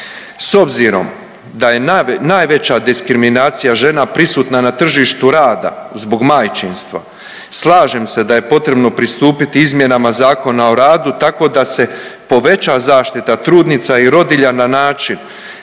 s obzirom da je najveća diskriminacija žena prisutna na tržištu rada zbog majčinstva slažem se da je potrebno pristupiti izmjenama Zakona o radu tako da se poveća zaštita trudnica i rodilja na način